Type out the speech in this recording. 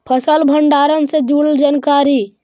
फसल भंडारन से जुड़ल जानकारी?